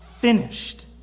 finished